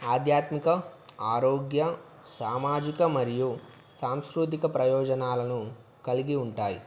ఆధ్యాత్మిక ఆరోగ్య సామాజిక మరియు సాంస్కృతిక ప్రయోజనాలను కలిగి ఉంటాయి